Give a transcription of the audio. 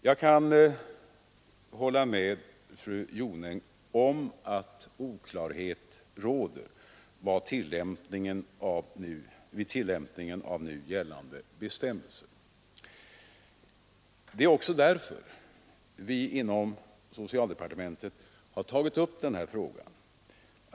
Jag kan hålla med fru Jonäng om att oklarhet råder vid tillämpningen av nu gällande bestämmelser. Det är också därför som vi inom socialdepartementet har tagit upp den här frågan.